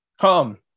come